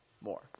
more